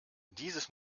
dieses